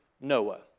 Noah